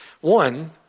One